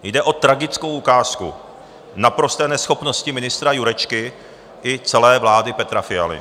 Jde o tragickou ukázku naprosté neschopnosti ministra Jurečky i celé vlády Petra Fialy.